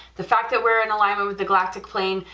the fact that we're in a line but with the galactic plane,